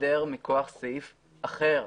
הסדר מכוח סעיף אחר.